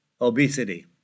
obesity